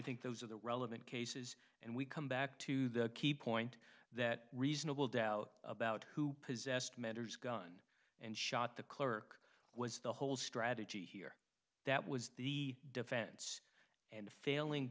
think those are the relevant cases and we come back to the key point that reasonable doubt about who possessed matters gun and shot the clerk was the whole strategy here that was the defense and failing